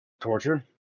Torture